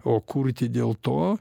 o kurti dėl to